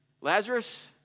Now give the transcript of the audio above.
Lazarus